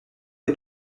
est